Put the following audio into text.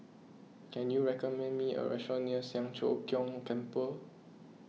can you recommend me a restaurant near Siang Cho Keong Temple